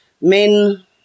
men